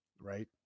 right